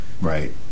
Right